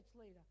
leader